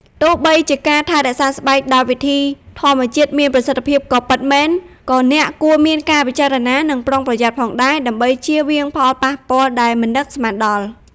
ទោះបីជាការថែរក្សាស្បែកដោយវិធីធម្មជាតិមានប្រសិទ្ធភាពក៏ពិតមែន ក៏អ្នកគួរមានការពិចារណា និងប្រុងប្រយ័ត្នផងដែរ ដើម្បីចៀសវាងផលប៉ះពាល់ដែលមិននឹកស្មានដល់។